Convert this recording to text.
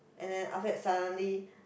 and then after that suddenly